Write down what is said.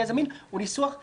גזע ומין הוא ניסוח חריג,